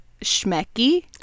Schmecky